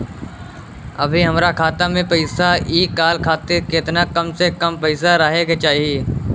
अभीहमरा खाता मे से पैसा इ कॉल खातिर केतना कम से कम पैसा रहे के चाही?